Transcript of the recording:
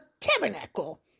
tabernacle